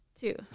two